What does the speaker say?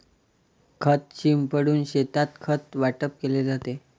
खत शिंपडून शेतात खत वाटप केले जाते